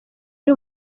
ari